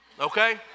okay